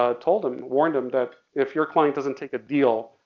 ah told him, warned him, that if your client doesn't take a deal,